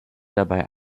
dabei